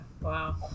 Wow